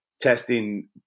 testing